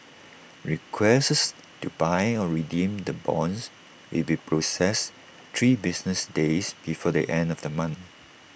requests to buy or redeem the bonds will be processed three business days before the end of the month